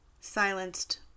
silenced